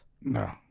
No